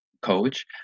coach